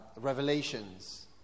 revelations